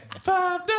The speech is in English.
Five